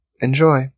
enjoy